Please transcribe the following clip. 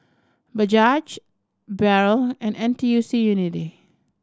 Bajaj Barrel and N T U C Unity